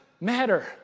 matter